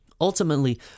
Ultimately